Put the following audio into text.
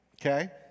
okay